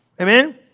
Amen